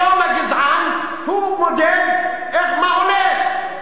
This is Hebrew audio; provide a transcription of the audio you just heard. היום הגזען הוא מודד, מה הולך: